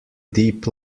deep